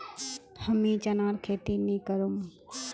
हमीं चनार खेती नी करुम